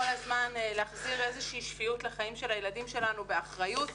הזמן להחזיר איזה שהיא שפיות לחיים של הילדים שלנו באחריות,